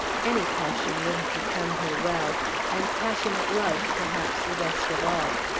any passion would have become her well and passionate love, perhaps, the best of all.